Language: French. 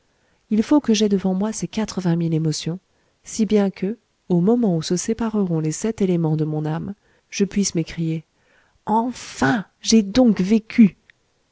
il faut que j'aie devant moi ces quatre-vingt mille émotions si bien que au moment où se sépareront les sept éléments de mon âme je puisse m'écrier enfin j'ai donc vécu